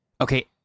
Okay